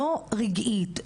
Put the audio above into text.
לא רגעית,